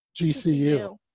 GCU